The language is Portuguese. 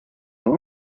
tão